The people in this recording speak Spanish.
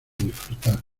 disfrutar